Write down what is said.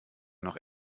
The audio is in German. noch